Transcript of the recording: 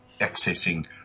accessing